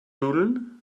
nudeln